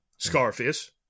Scarface